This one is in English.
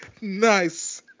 Nice